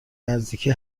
نزدیکی